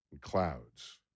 clouds